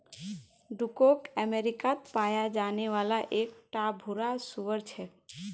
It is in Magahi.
डूरोक अमेरिकात पाया जाने वाला एक टा भूरा सूअर छे